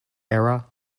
error